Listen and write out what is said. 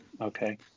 okay